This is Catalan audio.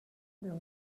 del